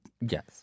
Yes